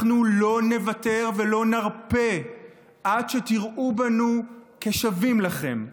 אנחנו לא נוותר ולא נרפה עד שתראו בנו שווים לכם: